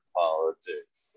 politics